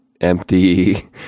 empty